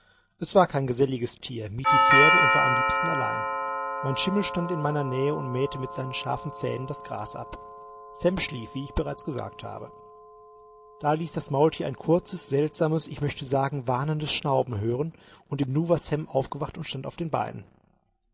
es war kein geselliges tier mied die pferde und war am liebsten allein mein schimmel stand in meiner nähe und mähte mit seinen scharfen zähnen das gras ab sam schlief wie ich bereits gesagt habe da ließ das maultier ein kurzes seltsames ich möchte sagen warnendes schnauben hören und im nu war sam aufgewacht und stand auf den beinen